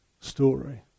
story